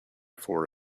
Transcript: for